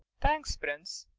thanks, prince!